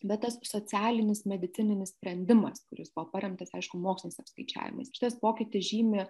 bet tas socialinis medicininis sprendimas kuris buvo paremtas aišku moksliniais apskaičiavimais šitas pokytis žymi